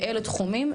באילו תחומים?